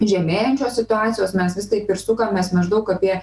žemėjančios situacijos mes vis taip ir sukamės maždaug apie